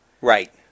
Right